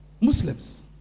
Muslims